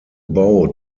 bau